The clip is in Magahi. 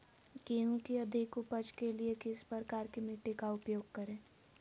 गेंहू की अधिक उपज के लिए किस प्रकार की मिट्टी का उपयोग करे?